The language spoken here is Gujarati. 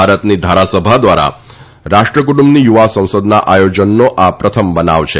ભારતની ધારાસભા દ્વારા રાષ્ટ્રકુટુંબની યુવા સંસદના આયોજનનો આ પ્રથમ બનાવ છે